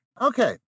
Okay